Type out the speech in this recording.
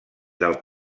del